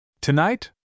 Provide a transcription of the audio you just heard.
Tonight